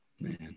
man